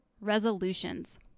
Resolutions